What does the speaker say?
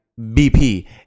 BP